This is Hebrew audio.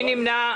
מי נמנע?